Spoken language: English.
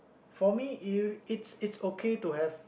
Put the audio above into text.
for me it's it's okay to have